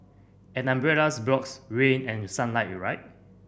an umbrellas blocks rain and sunlight right